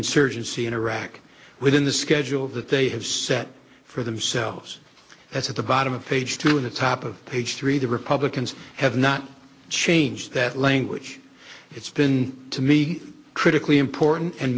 insurgency in iraq within the schedule that they have set for themselves at the bottom of page two in the top of page three the republicans have not changed that language it's been to me critically important and